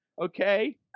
okay